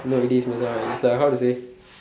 no it is Macha is like how to say